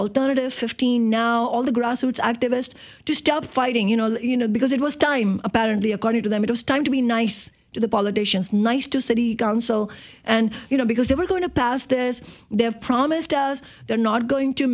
alternative fifteen now all the grassroots activist to stop fighting you know you know because it was time apparently according to them it was time to be nice to the politicians nice to city council and you know because they were going to pass this they have promised us they're not going to